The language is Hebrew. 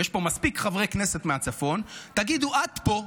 ויש פה מספיק חברי כנסת מהצפון, תגידו: עד פה,